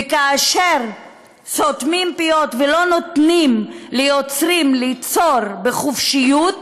וכאשר סותמים פיות ולא נותנים ליוצרים ליצור בחופשיות,